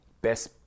best